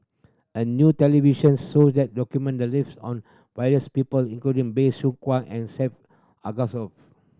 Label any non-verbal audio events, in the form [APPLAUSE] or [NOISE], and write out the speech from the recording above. a new television show that document the lives on various people including Bey Soo [UNINTELLIGIBLE] and [UNINTELLIGIBLE]